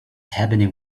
happening